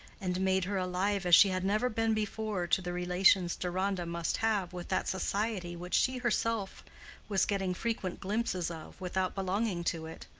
and made her alive as she had never been before to the relations deronda must have with that society which she herself was getting frequent glimpses of without belonging to it.